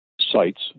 sites